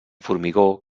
formigó